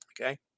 Okay